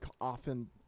often